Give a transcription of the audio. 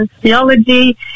theology